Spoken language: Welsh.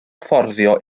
fforddio